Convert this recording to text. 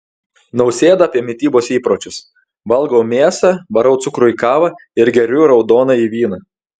nausėda apie mitybos įpročius valgau mėsą varau cukrų į kavą ir geriu raudonąjį vyną